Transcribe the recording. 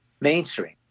mainstream